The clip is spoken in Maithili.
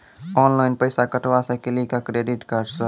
ऑनलाइन पैसा कटवा सकेली का क्रेडिट कार्ड सा?